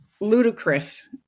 ludicrous